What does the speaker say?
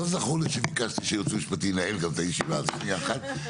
לא זכור לי שביקשתי שהיועץ המשפטי גם ינהל את הישיבה הזאת ביחד איתי.